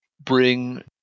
bring